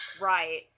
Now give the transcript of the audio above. Right